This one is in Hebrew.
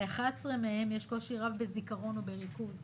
ל-11 מהם יש קושי רב בזיכרון ובריכוז.